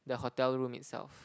the hotel room itself